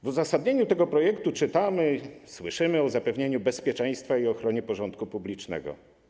W uzasadnieniu tego projektu czytamy o zapewnieniu bezpieczeństwa i ochronie porządku publicznego.